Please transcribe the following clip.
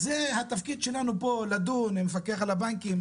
אז זה התפקיד שלנו פה לדון עם המפקח על הבנקים,